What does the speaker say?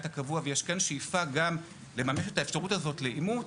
הקבוע ויש שאיפה גם לממש את האפשרות הזאת לאימוץ.